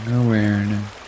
awareness